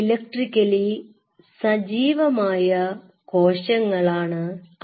electrically സജീവമായ കോശങ്ങളാണ് അവ